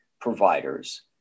providers